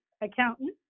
accountant